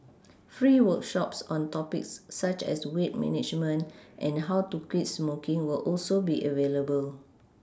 free workshops on topics such as weight management and how to quit smoking will also be available